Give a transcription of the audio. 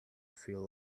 feel